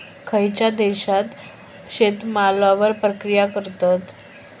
खयच्या देशात शेतमालावर प्रक्रिया करतत?